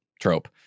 trope